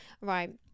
Right